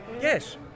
Yes